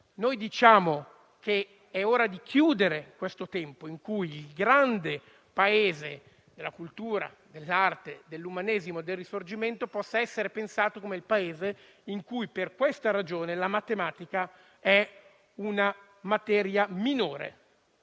affermiamo che è ora di chiudere questo tempo in cui il grande Paese della cultura, dell'arte, dell'Umanesimo e del Risorgimento possa essere pensato come quello in cui, per questa ragione, la matematica è una materia minore.